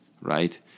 right